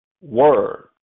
word